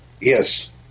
Yes